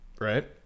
right